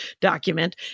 document